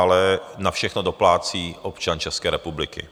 Ale na všechno doplácí občan České republiky.